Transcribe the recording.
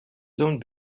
don’t